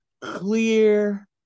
clear